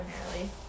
primarily